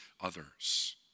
others